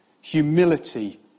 humility